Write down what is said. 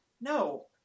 no